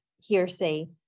hearsay